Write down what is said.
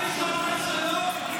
מישהו אמר שלא?